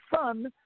son